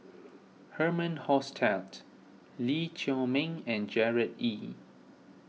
Herman Hochstadt Lee Chiaw Meng and Gerard Ee